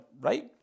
Right